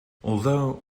although